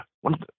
One